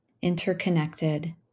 interconnected